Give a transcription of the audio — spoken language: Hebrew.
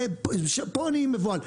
פה אני מבוהל.